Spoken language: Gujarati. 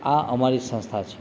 આ અમારી સંસ્થા છે